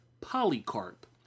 Polycarp